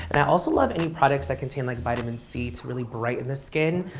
and i also love any products that contain like vitamin c to really brighten the skin.